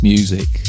Music